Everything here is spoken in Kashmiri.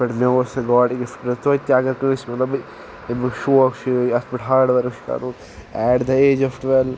یِتھ پٲٹھۍ مےٚ اوس یہِ گاڈ گِفٹہٕ توتہِ اگر کٲنٛسہِ مطلب اَمیُک شوق چھِ اَتھ پٮ۪ٹھ ہاڑ ؤرٕک چھِ کَرُن at the age of twelve